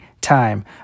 time